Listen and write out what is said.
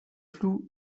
floue